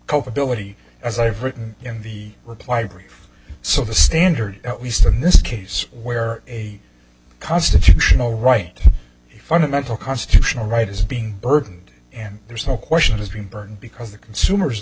culpability as i've written in the reply brief so the standard at least in this case where a constitutional right fundamental constitutional right is being heard and there's no question has been burned because the consumers in